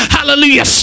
Hallelujah